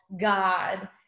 God